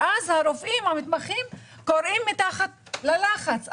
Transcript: ואז הרופאים המתמחים כורעים תחת הלחץ.